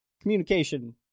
Communication